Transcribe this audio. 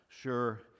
sure